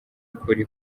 ukuri